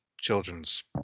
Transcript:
children's